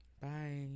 Bye